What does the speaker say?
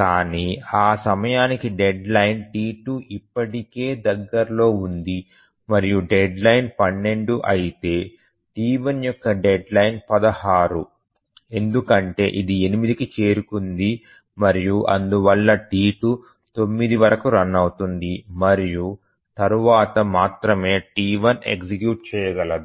కానీ ఆ సమయానికి డెడ్ లైన్ T2 ఇప్పటికే దగ్గరలో ఉంది మరియు డెడ్ లైన్ 12 అయితే T1 యొక్క డెడ్ లైన్ 16 ఎందుకంటే ఇది 8 కి చేరుకుంది మరియు అందువల్ల T2 9 వరకు రన్ అవుతుంది మరియు తరువాత మాత్రమే T1 ఎగ్జిక్యూట్ చేయగలదు